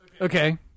Okay